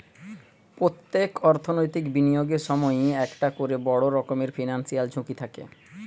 পোত্তেক অর্থনৈতিক বিনিয়োগের সময়ই একটা কোরে বড় রকমের ফিনান্সিয়াল ঝুঁকি থাকে